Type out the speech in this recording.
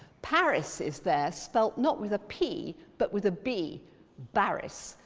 paris is there, spelt not with a p, but with a b baris.